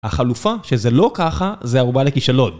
החלופה שזה לא ככה זה ערובה לכישלון